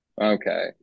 Okay